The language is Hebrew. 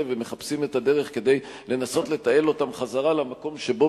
ומחפשים את הדרך כדי לנסות לתעל אותם חזרה למקום שבו